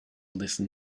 listen